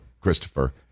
Christopher